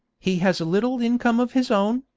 he has a little income of his own,